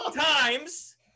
times